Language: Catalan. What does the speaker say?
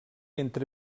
entre